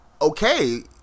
okay